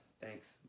Thanks